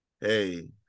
hey